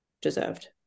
deserved